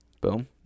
Boom